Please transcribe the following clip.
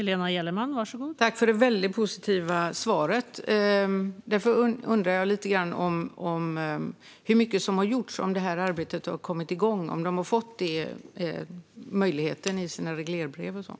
Fru talman! Tack, statsrådet, för det väldigt positiva svaret! Jag undrar lite grann hur mycket som har gjorts, om det här arbetet har kommit igång och om de har fått den möjligheten i sina regleringsbrev.